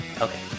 Okay